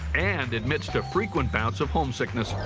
and admits to frequent bouts of homesickness,